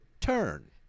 turn